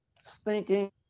stinking